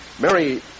Mary